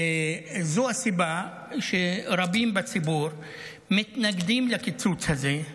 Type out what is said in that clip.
זו הסיבה שרבים בציבור מתנגדים לקיצוץ הזה,